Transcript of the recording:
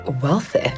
Wealthy